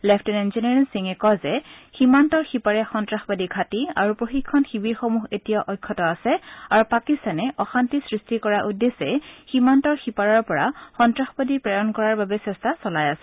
lieutenant general সিঙে কয় যে সীমান্তৰ সিপাৰে সন্নাসবাদী ঘাটি আৰু প্ৰশিক্ষণ শিবিৰসমূহ এতিয়াও অক্ষত আছে আৰু পাকিস্তানে অশান্তি সৃষ্টি কৰাৰ উদ্দেশ্যে সীমান্তৰ সিপাৰৰ পৰা সন্নাসবাদী প্ৰেৰণ কৰাৰ বাবে চেষ্টা চলাই আছে